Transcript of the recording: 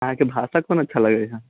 अहाँकेँ भाषा कोन अच्छा लगैत हँ